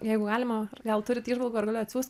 jeigu galima ar gal turit įžvalgų ar galiu atsiųst